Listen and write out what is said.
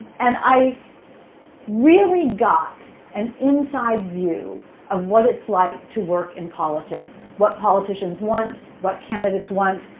and i really got an inside view of what it's like to work in politics. what politicians want, what candidates want.